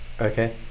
Okay